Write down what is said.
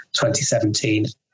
2017